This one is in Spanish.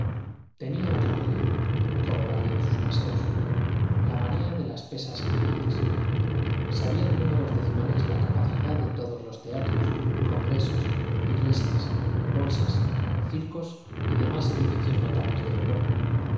tenía otra manía corolario de sus paseos la manía de las pesas y medidas sabía en números decimales la capacidad de todos los teatros congresos iglesias bolsas circos y demás edificios notables de europa